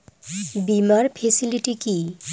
বীমার ফেসিলিটি কি?